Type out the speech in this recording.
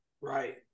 right